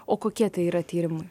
o kokie tai yra tyrimai